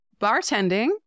Bartending